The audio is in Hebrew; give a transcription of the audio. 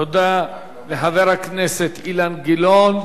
תודה לחבר הכנסת אילן גילאון.